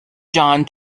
john